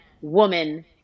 woman